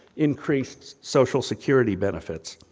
increased social security benefits.